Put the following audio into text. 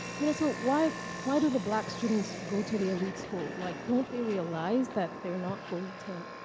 you know, so why why do the black students go to the elite schools, like don't they realize that they're not going to,